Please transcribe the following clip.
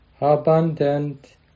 abundant